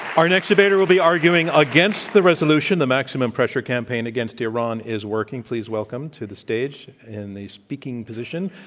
our next debater will be arguing against the resolution, the maximum pressure campaign against iran is working. please welcome to the stage in the speaking position,